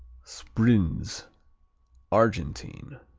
sbrinz argentine